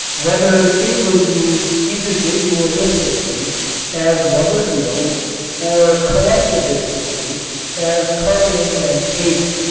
whether it was used individualistically as rubber heels or collectivistically as carpeting and paving.